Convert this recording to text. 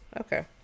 Okay